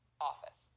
office